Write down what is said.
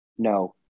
No